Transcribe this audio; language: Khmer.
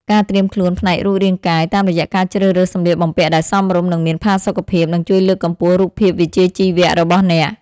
ការត្រៀមខ្លួនផ្នែករូបរាងកាយ តាមរយៈការជ្រើសរើសសម្លៀកបំពាក់ដែលសមរម្យ និងមានផាសុកភាព នឹងជួយលើកកម្ពស់រូបភាពវិជ្ជាជីវៈរបស់អ្នក។